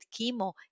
chemo